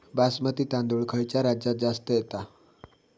बासमती तांदूळ खयच्या राज्यात जास्त येता?